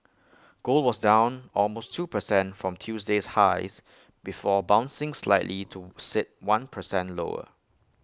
gold was down almost two percent from Tuesday's highs before bouncing slightly to sit one percent lower